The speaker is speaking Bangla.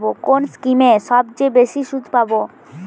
কোন স্কিমে সবচেয়ে বেশি সুদ পাব?